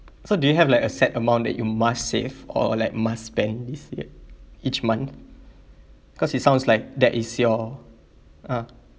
so do you have like a set amount that you must save or like must spend this year each month cause it sounds like that is your ah